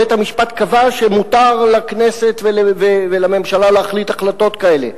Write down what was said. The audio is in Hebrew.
בית-המשפט קבע שמותר לכנסת ולממשלה להחליט החלטות כאלה.